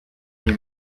iyi